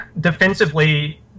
defensively